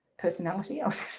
personality, i